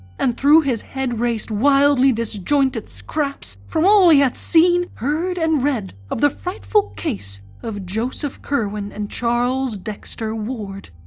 and through his head raced wildly disjointed scraps from all he had seen, seen, heard, and read of the frightful case of joseph curwen and charles dexter ward.